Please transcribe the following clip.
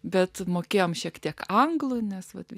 bet mokėjome šiek tiek anglų nes va tik